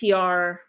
PR